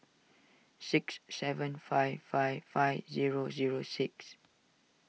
six seven five five five zero zero six